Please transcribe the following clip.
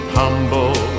humble